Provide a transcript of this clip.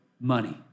money